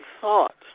thought